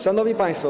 Szanowni Państwo!